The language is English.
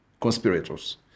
conspirators